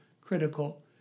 critical